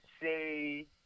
say